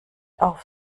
auf